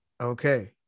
Okay